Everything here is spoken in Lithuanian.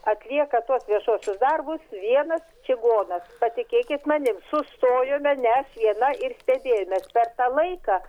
atlieka tuos viešuosius darbus vienas čigona patikėkit manim sustojome ne aš viena ir stebėjomės per tą laiką